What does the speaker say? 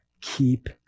keep